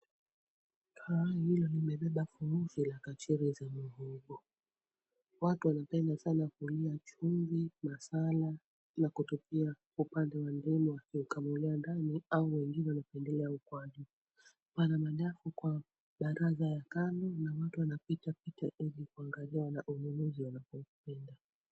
Kaa hili limebeba furusi za kachiri za mihogo, watu wanapenda sana kulia chumvi masala na kutupia upande wa ndimu wakiukamulia ndani au wengine wanapendelea ukwaju. Pana madafu kwa baraza ya kando na watu wanapitapita ili kuangalia wanaununuzi wanavyovipenda